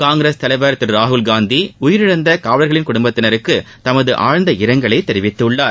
காங்கிரஸ் தலைவர் திரு ராகுல்காந்தி உயிரிழந்த காவலர்களின் குடும்பத்தினருக்கு தமது ஆழ்ந்த இரங்கலை தெரிவித்துள்ளார்